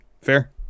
Fair